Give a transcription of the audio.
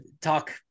talk